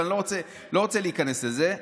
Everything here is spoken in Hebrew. אבל אני לא רוצה להיכנס לזה,